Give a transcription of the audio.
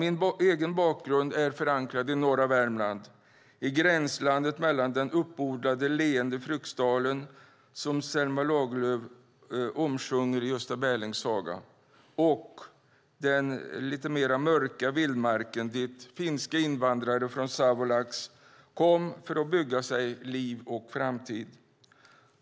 Min egen bakgrund är förankrad i norra Värmland, i gränslandet mellan den uppodlade leende Fryksdalen, omsjungen av Selma Lagerlöf i Gösta Berlings saga , och den lite mer mörka vildmarken dit finska invandrare från Savolax kom för att bygga sig liv och framtid.